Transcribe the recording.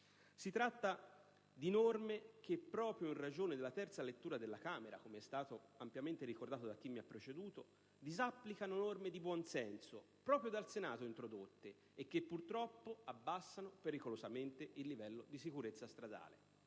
Si tratta di norme che, proprio in ragione della terza lettura della Camera, come è stato ampiamente ricordato da chi mi ha preceduto, disapplicano disposizioni di buon senso introdotte proprio dal Senato e che purtroppo abbassano pericolosamente il livello di sicurezza stradale.